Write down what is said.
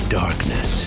darkness